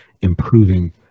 improving